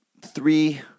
Three